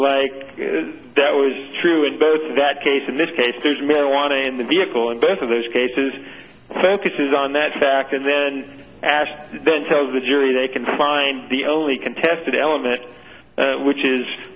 like that was true in bed that case in this case there's marijuana in the vehicle and both of those cases focuses on that fact and then ash then tells the jury they can find the only contested element which is